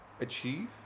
achieve